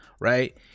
right